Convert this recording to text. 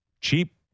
cheap